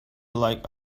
like